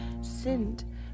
sinned